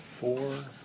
four